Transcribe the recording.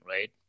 right